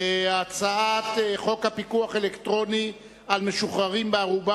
הצעת חוק פיקוח אלקטרוני על משוחררים בערובה